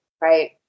Right